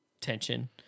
tension